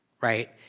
right